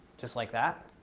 just like that?